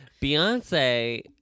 Beyonce